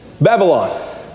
Babylon